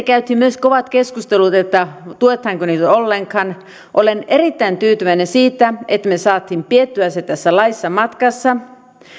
käytiin myös kovat keskustelut että tuetaanko niitä ollenkaan olen erittäin tyytyväinen siitä että me saimme pidettyä sen tässä laissa matkassa